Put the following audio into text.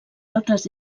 altres